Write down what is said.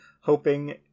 hoping